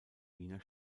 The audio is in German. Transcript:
wiener